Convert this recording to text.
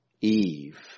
Eve